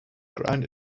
ground